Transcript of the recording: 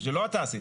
זה לא עתה עשית,